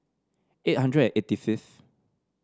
eight hundred eighty fifth